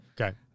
Okay